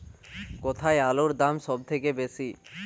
কোথায় আলুর দাম সবথেকে বেশি?